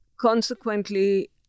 consequently